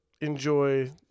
enjoy